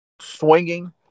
swinging